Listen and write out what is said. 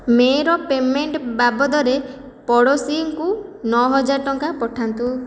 ମେ' ର ପେମେଣ୍ଟ୍ ବାବଦରେ ପଡ଼ୋଶୀଙ୍କୁ ନଅହଜାର ଟଙ୍କା ପଠାନ୍ତୁ